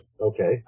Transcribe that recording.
Okay